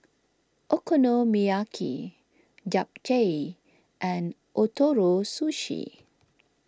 Okonomiyaki Japchae and Ootoro Sushi